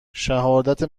شهادت